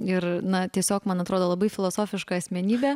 ir na tiesiog man atrodo labai filosofiška asmenybė